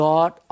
God